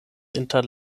inter